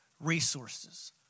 resources